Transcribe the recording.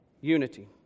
Unity